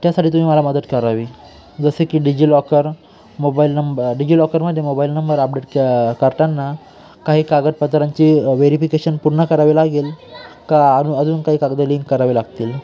त्यासाठी तुम्ही मला मदत करावी जसे की डिजिलॉकर मोबाईल नंब डिजिलॉकरमध्ये मोबाईल नंबर अपडेट क करताना काही कागदपत्रांची व्हेरीफिकेशन पूर्ण करावी लागेल का अजून अजून काही कागद लिंक करावे लागतील